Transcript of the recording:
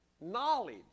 knowledge